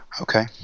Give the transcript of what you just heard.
Okay